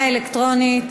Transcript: אלקטרונית.